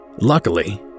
Luckily